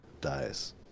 dies